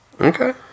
Okay